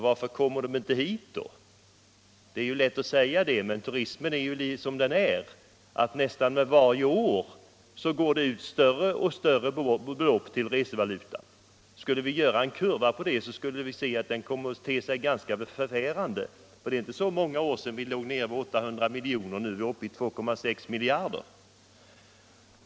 Varför semestrar de inte här då? Turismen är ju som den är — nästan varje år går allt större belopp ut ur landet i form av resevaluta. Gjorde vi en kurva på utvecklingen skulle den te sig ganska förfärande. För inte så många år sedan var turistunderskottet 800 milj.kr., och nu är det uppe i 2,6 miljarder.